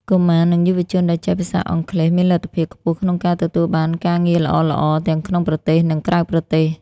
កុមារ និងយុវជនដែលចេះភាសាអង់គ្លេសមានលទ្ធភាពខ្ពស់ក្នុងការទទួលបានការងារល្អៗ ទាំងក្នុងប្រទេស និងក្រៅប្រទេស។